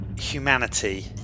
humanity